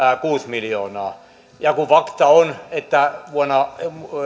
kuusi miljoonaa kun fakta on että vuonna